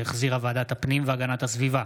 שהחזירה ועדת הפנים והגנת הסביבה,